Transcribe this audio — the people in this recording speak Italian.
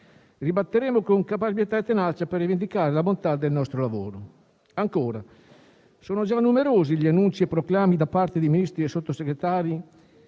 ribatteremo con caparbietà e tenacia per rivendicare la bontà del nostro lavoro. Ancora, sono già numerosi gli annunci e i proclami da parte di Ministri e Sottosegretari,